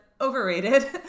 overrated